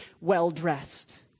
well-dressed